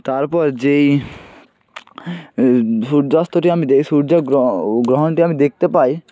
তারপর যে এই সূর্যাস্তটি আমি সূর্য গ্রহণটি আমি দেখতে পাই